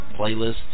playlists